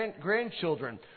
grandchildren